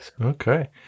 okay